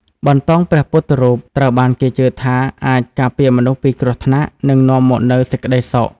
បន្តោងព្រះពុទ្ធរូបត្រូវបានគេជឿថាអាចការពារមនុស្សពីគ្រោះថ្នាក់ និងនាំមកនូវសេចក្ដីសុខ។